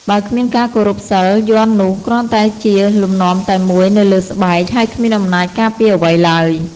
បើគ្មានការគោរពសីល យន្តនោះគ្រាន់តែជាលំនាំតែមួយនៅលើស្បែក ហើយគ្មានអំណាចការពារអ្វីឡើយ។